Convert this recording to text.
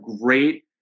great